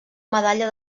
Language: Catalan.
medalla